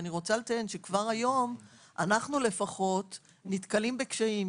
כבר היום אנחנו לפחות נתקלים בקשיים,